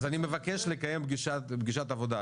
אז אני מבקש לקיים פגישת עבודה.